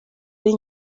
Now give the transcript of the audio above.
ari